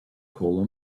call